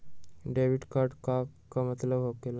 Debit card के का मतलब होकेला?